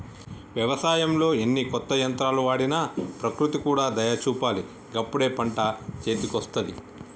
వ్యవసాయంలో ఎన్ని కొత్త యంత్రాలు వాడినా ప్రకృతి కూడా దయ చూపాలి గప్పుడే పంట చేతికొస్తది